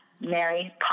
Mary